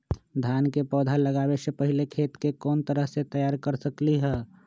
धान के पौधा लगाबे से पहिले खेत के कोन तरह से तैयार कर सकली ह?